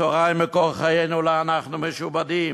התורה היא מקור חיינו, ולה אנחנו משועבדים,